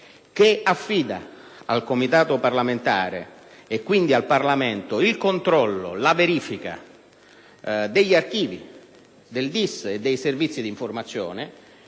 che affida al Comitato parlamentare, e quindi al Parlamento, il controllo e la verifica degli archivi del DIS e dei Servizi di informazione,